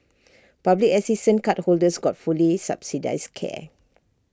public assistance cardholders got fully subsidised care